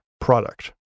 product